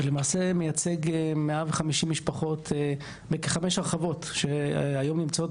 ולמעשה מייצג מעל 50 משפחות בכחמש הרחבות שהיום נמצאות